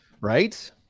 right